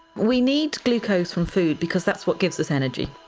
we need glucose from food because that's what gives us energy.